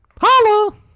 Hello